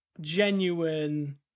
genuine